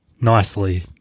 nicely